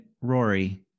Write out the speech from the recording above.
Rory